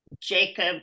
Jacob